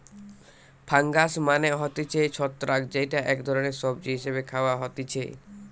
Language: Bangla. ফাঙ্গাস মানে হতিছে ছত্রাক যেইটা এক ধরণের সবজি হিসেবে খাওয়া হতিছে